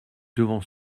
devant